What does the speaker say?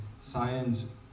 science